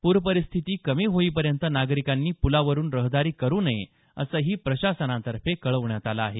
पूर परिस्थिती कमी होईपर्यंत नागरिकांनी पुलावरून रहदारी करू नये असंही प्रशासनातर्फे कळवण्यात आलं आहे